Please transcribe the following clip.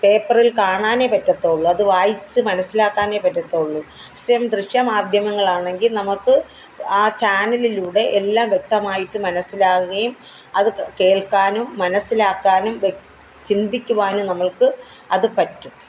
പേപ്പറിൽ കാണാനേ പറ്റത്തുള്ളു അത് വായിച്ച് മനസിലാക്കാനേ പറ്റത്തുള്ളു സ്യം ദൃശ്യമാധ്യമങ്ങളാണെങ്കിൽ നമുക്ക് ആ ചാനലിലൂടെ എല്ലാം വ്യക്തമായിട്ട് മനസ്സിലാവുകയും അത് ക് കേൾക്കാനും മനസിലാക്കാനും വെ ചിന്തിക്കുവാനും നമ്മൾക്ക് അത് പറ്റും